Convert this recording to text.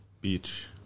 Beach